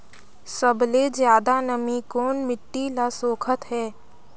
सबले ज्यादा नमी कोन मिट्टी ल सोखत हे?